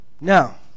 Now